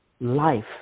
life